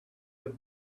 have